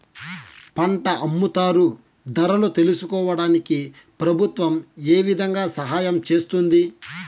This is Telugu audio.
పంట అమ్ముతారు ధరలు తెలుసుకోవడానికి ప్రభుత్వం ఏ విధంగా సహాయం చేస్తుంది?